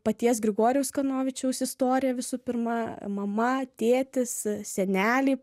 paties grigorijaus kanovičiaus istorija visų pirma mama tėtis seneliai